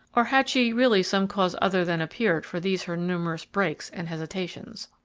or had she really some cause other than appeared for these her numerous breaks and hesitations.